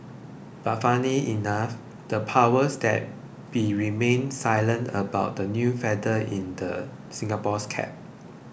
but funnily enough the powers that be remained silent about the new feather in Singapore's cap